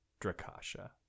Drakasha